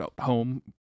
home